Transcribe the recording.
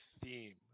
theme